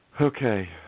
Okay